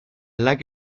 like